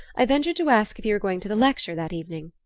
i ventured to ask if he were going to the lecture that evening.